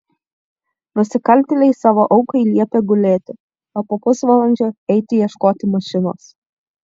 nusikaltėliai savo aukai liepė gulėti o po pusvalandžio eiti ieškoti mašinos